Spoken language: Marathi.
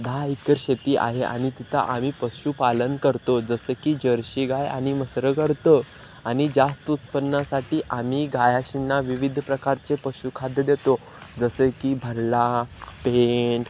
दहा एकर शेती आहे आणि तिथं आम्ही पशुपालन करतो जसं की जर्सी गाय आणि म्हसरं करतो आणि जास्त उत्पन्नासाठी आम्ही गायाशींना विविध प्रकारचे पशुखाद्य देतो जसं की भरला पेंड